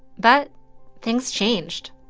but things changed.